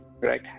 right